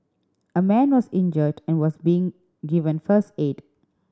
a man was injured and was being given first aid